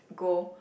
go